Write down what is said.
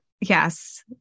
yes